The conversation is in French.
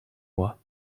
moi